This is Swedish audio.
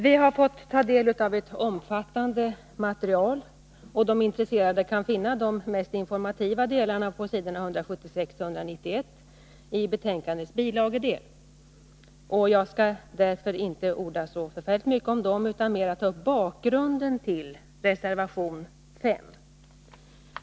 Vi har fått ta del av ett omfattande material, och de intresserade kan finna de mest informativa delarna på s. 176-191 i betänkandets bilagedel. Jag skall därför inte orda så mycket om dem utan mera ta upp bakgrunden till reservation 5.